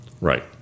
Right